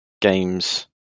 games